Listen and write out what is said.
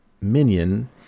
minion